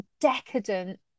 decadent